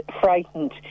frightened